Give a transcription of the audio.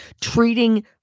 treating